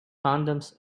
condoms